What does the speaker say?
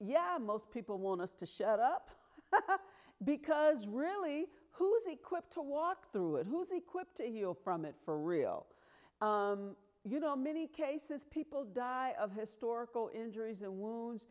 yeah most people want us to shut up because really who is equipped to walk through it who's equipped to heal from it for real you know many cases people die of historical injuries and wounds